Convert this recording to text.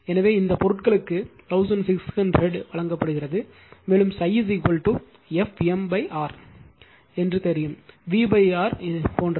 எனவே இந்த பொருட்களுக்கு 1600 வழங்கப்படுகிறது மேலும் ∅ F m R எனக்குத் தெரியும் வி ஆர் போன்றது